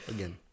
Again